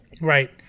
right